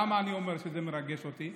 למה אני אומר שזה מרגש אותי?